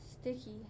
sticky